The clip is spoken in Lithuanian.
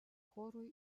chorui